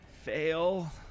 Fail